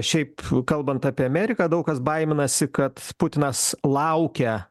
šiaip kalbant apie ameriką daug kas baiminasi kad putinas laukia